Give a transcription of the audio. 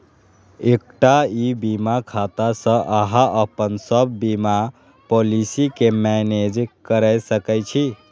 एकटा ई बीमा खाता सं अहां अपन सब बीमा पॉलिसी कें मैनेज कैर सकै छी